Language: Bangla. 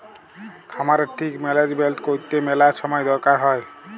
খামারের ঠিক ম্যালেজমেল্ট ক্যইরতে ম্যালা ছময় দরকার হ্যয়